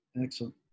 Excellent